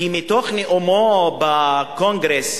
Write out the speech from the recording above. כי מתוך נאומו בקונגרס,